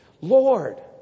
Lord